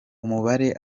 umubare